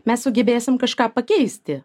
mes sugebėsim kažką pakeisti